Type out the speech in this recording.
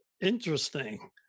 interesting